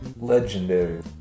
legendary